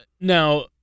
now